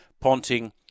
Ponting